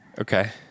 okay